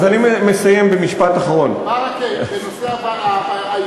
חבר הכנסת ברכה,